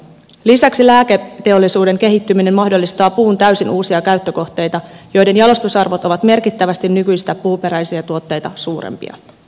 lisäksi lääketeollisuuden kehittyminen mahdollistaa puun täysin uusia käyttökohteita joiden jalostusarvot ovat merkittävästi nykyisiä puuperäisiä tuotteita suurempia